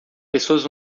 pessoas